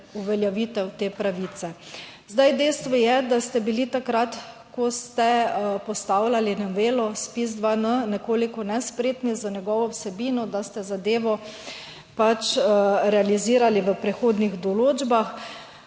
uveljavitev te pravice. Dejstvo je, da ste bili takrat, ko ste postavljali novelo ZPIZ-2N nekoliko nespretni z njegovo vsebino, da ste zadevo pač realizirali v prehodnih določbah.